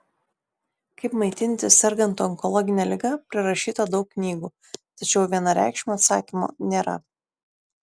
kaip maitintis sergant onkologine liga prirašyta daug knygų tačiau vienareikšmio atsakymo nėra